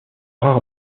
rare